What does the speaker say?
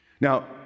Now